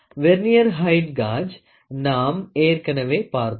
vernier height gauge நாம் ஏற்கனவே பார்த்தோம்